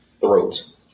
throat